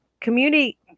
community